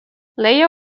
layer